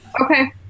Okay